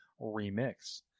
Remix